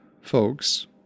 folks